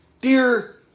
Dear